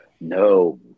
No